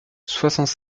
soixante